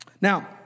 Now